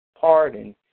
pardon